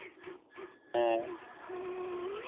ᱦᱮᱸ